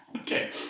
Okay